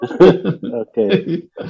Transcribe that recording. Okay